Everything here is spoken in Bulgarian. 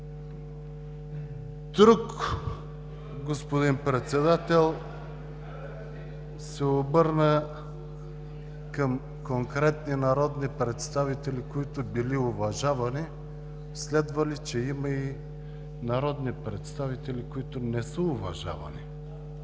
Друг господин, председател, се обърна към конкретни народни представители, които били уважавали. Следва ли, че има народни представители, които не са уважавани?